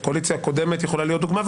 והקואליציה הקודמת יכולה להיות דוגמה,